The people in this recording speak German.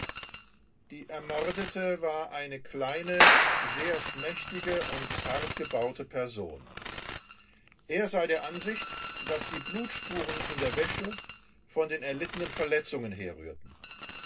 die ermordete war eine kleine sehr schmächtige und zart gebaute person er sei der ansicht daß die blutspuren in der wäsche von den erlittenen verletzungen herrührten